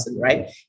right